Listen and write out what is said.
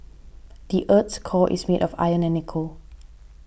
the earth's core is made of iron and nickel